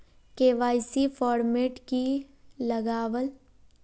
KYC format की लगावल?